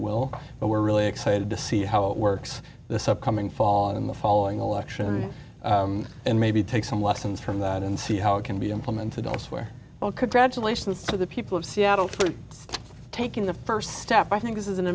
will but we're really excited to see how it works this upcoming fall in the following election and maybe take some lessons from that and see how it can be implemented elsewhere well congratulations to the people of seattle for taking the st step i think this is an